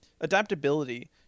adaptability